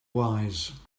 wise